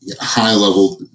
high-level